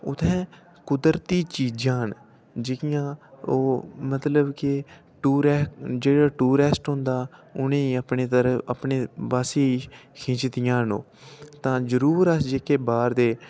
उत्थै कुदरती चीजां न जेह्कियां मतलब कि टूर ऐ जेह्ड़ा टूरैस्ट होंदा उ'नेंगी अपने पास्सै खिचदियां न ओह् तां जरूर जेह्के अस बाह्र दे